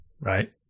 right